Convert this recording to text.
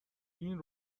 این